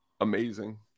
Amazing